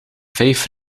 vijf